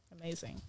amazing